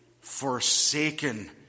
Forsaken